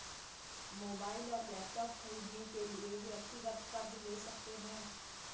mobile और laptop खरीदने के लिए व्यक्तिगत कर्ज ले सकते है